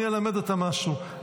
אני אלמד אותם משהו,